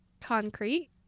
concrete